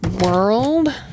world